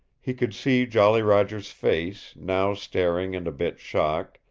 he could see jolly roger's face, now staring and a bit shocked,